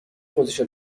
خودشو